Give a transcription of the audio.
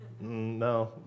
no